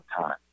time